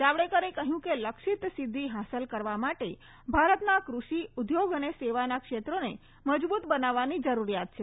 જાવડેકરે કહયું કે લક્ષીત સિાધ્ય હાંસલ કરવા માટે ભારતના કૃષિ ઉદ્યોગ અને સેવાના ક્ષેત્રોને મજબુત બનાવવાની જરૂરીયાત છે